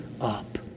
up